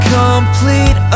complete